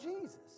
Jesus